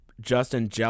Justin